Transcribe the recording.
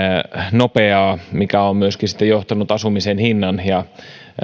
nopeaa mikä on myöskin sitten johtanut asumisen hinnan ja